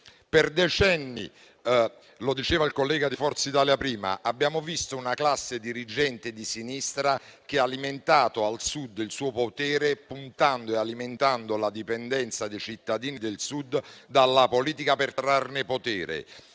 Per decenni - lo diceva il collega di Forza Italia prima - abbiamo visto una classe dirigente di sinistra che ha alimentato al Sud il suo potere, puntando e alimentando la dipendenza dei cittadini del Sud dalla politica per trarne potere.